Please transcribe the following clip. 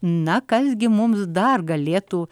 na kas gi mums dar galėtų